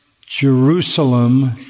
Jerusalem